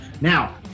now